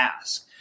ask